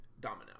Domino